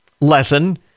lesson